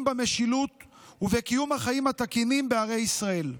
במשילות ובקיום החיים התקינים בערי ישראל.